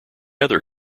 other